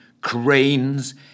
Cranes